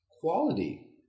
quality